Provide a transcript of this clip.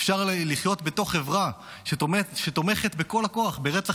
אפשר לחיות בתוך חברה שתומכת בכל הכוח ברצח